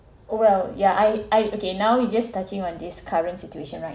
well yeah I I okay now we just touching on this current situation right